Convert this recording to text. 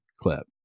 clip